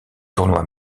tournois